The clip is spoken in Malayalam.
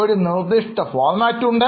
ഒരു നിർദിഷ്ട ഫോർമാറ്റ് ഉണ്ട്